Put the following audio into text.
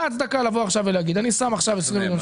מה ההצדקה להגיד עכשיו: אני שם 20 מיליון